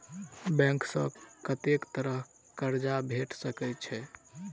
Bank सऽ कत्तेक तरह कऽ कर्जा भेट सकय छई?